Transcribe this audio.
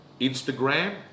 Instagram